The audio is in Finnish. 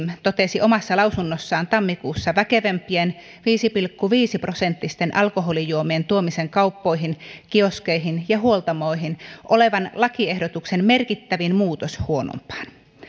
totesi omassa lausunnossaan tammikuussa väkevämpien viisi pilkku viisi prosenttisten alkoholijuomien tuomisen kauppoihin kioskeihin ja huoltamoihin olevan lakiehdotuksen merkittävin muutos huonompaan